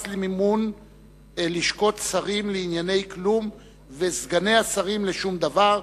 מס למימון לשכות השרים לענייני כלום וסגני השרים לשום דבר,